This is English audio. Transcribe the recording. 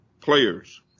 players